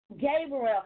Gabriel